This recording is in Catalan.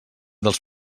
dels